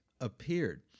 appeared